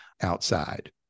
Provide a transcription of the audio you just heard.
outside